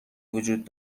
وجود